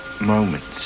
moments